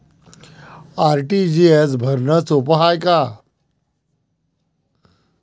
RTGS भरनं सोप हाय का?